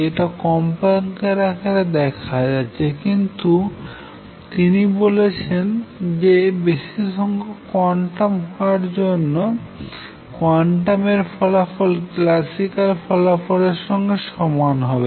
এটা কম্পাঙ্কের আকারে দেখা যাচ্ছে কিন্তু তিনি বলেছেন যে বেশি সংখ্যক কোয়ান্টাম হওয়ার জন্য কোয়ান্টাম এর ফলাফল ক্লাসিক্যাল এর ফলাফলের সঙ্গে সমান হবে